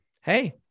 hey